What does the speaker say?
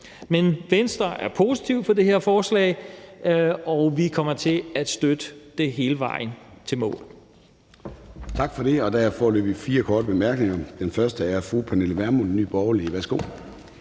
Men Venstre er positive over for det her forslag, og vi kommer til at støtte det hele vejen til målet.